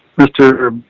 mr.